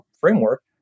framework